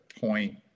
point